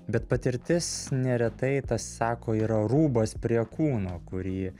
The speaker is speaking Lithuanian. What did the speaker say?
bet patirtis neretai tas sako yra rūbas prie kūno kurį